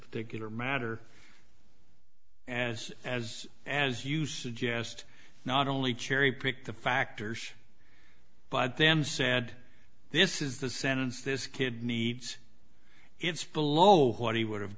particular matter as as as you suggest not only cherry pick the factors but then said this is the sentence this kid needs it's below what he would have